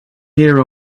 here